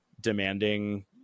demanding